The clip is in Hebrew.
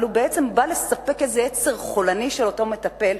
אבל הוא בעצם בא לספק איזה יצר חולני של אותו מטפל,